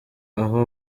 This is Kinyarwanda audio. aho